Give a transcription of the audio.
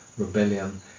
rebellion